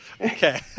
Okay